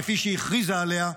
כפי שהכריזה עליה,